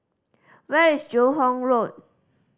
where is Joo Hong Road